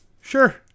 sure